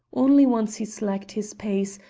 only once he slacked his pace,